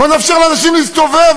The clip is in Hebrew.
בואו נאפשר לאנשים להסתובב.